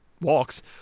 walks